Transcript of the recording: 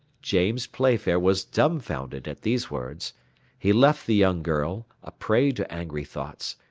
james playfair was dumfounded at these words he left the young girl, a prey to angry thoughts,